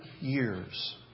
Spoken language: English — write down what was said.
years